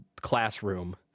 classroom